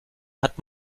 hat